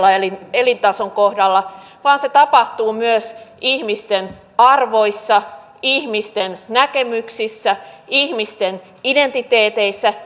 elintason kohdalla vaan se tapahtuu myös ihmisten arvoissa ihmisten näkemyksissä ihmisten identiteeteissä